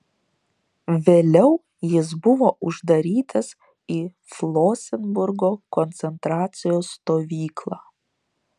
vėliau jis buvo uždarytas į flosenburgo koncentracijos stovyklą